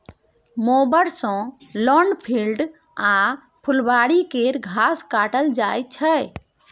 mower सँ lawn, field आ फुलबारी केर घास काटल जाइ छै